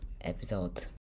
episode